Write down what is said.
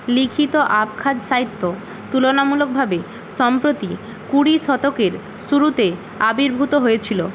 লিখিত আবখাজ সাহিত্য তুলনামূলকভাবে সম্প্রতি কুড়ি শতকের শুরুতে আবির্ভূত হয়েছিলো